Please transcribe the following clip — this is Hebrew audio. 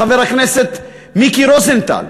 חבר הכנסת מיקי רוזנטל.